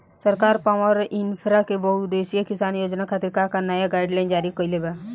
सरकार पॉवरइन्फ्रा के बहुउद्देश्यीय किसान योजना खातिर का का नया गाइडलाइन जारी कइले बा?